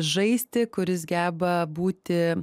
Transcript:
žaisti kuris geba būti